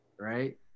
right